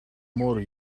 more